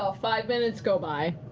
ah five minutes go by,